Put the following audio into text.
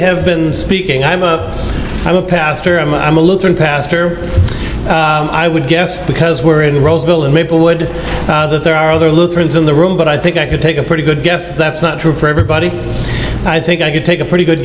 have been speaking i'm a i'm a pastor i'm i'm a lutheran pastor i would guess because we're in roseville in maplewood there are other lutherans in the room but i think i could take a pretty good guess that's not true for everybody i think i could take a pretty good